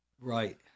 Right